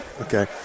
Okay